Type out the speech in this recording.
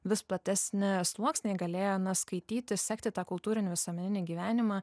vis platesni sluoksniai galėjo skaityti sekti tą kultūrinį visuomeninį gyvenimą